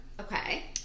Okay